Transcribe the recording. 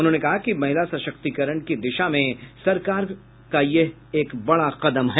उन्होंने कहा कि महिला सशक्तिकरण की दिशा में सरकार का यह एक बड़ा कदम है